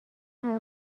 همه